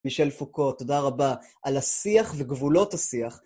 מישל פוקו, תודה רבה, על השיח וגבולות השיח.